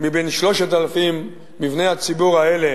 מ-3,000 מבני הציבור האלה